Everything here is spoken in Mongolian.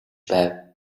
байв